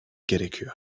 gerekiyor